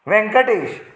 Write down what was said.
Venkatesh